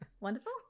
Wonderful